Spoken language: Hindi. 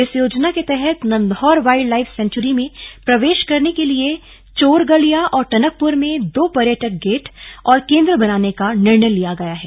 इस योजना के तहत नंधौर वाइल्ड लाइफ सेंचुरी में प्रवेश करने के लिए चोरगलिया और टनकपुर में दो पर्यटक गेट और केन्द्र बनाने का निर्णय लिया है